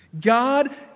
God